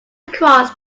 across